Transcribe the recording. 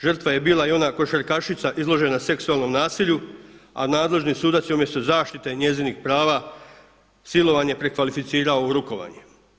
Žrtva je bila i ona košarkašica izložena seksualnom nasilju, a nadležni sudac je umjesto zaštite njezinih prava silovanje prekvalificirao u rukovanje.